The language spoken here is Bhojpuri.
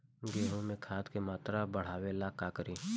गेहूं में खाद के मात्रा बढ़ावेला का करी?